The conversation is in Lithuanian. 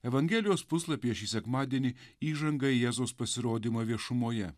evangelijos puslapyje šį sekmadienį įžanga į jėzaus pasirodymą viešumoje